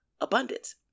Abundance